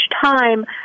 time